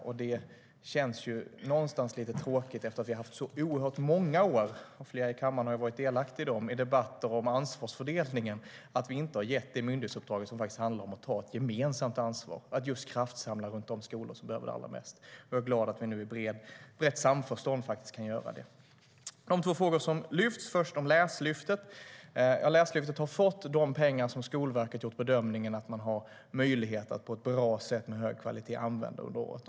Efter oerhört många år med debatter om ansvarsfördelningen, som flera i kammaren har varit delaktiga i, känns det någonstans lite tråkigt att vi inte har gett det myndighetsuppdrag som handlar om att ta ett gemensamt ansvar och kraftsamla runt de skolor som behöver det allra mest. Jag är glad att vi nu kan göra detta i brett samförstånd. Två frågor lyftes upp, och den första gällde Läslyftet. Läslyftet har fått de pengar som Skolverket har gjort bedömningen att man har möjlighet att på ett bra sätt och med hög kvalitet använda under året.